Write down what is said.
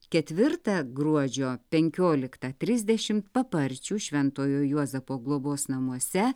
ketvirtą gruodžio penkioliktą trisdešimt paparčių šventojo juozapo globos namuose